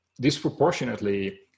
disproportionately